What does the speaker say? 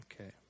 okay